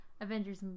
Avengers